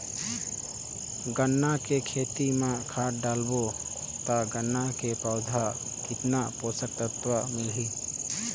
गन्ना के खेती मां खाद डालबो ता गन्ना के पौधा कितन पोषक तत्व मिलही?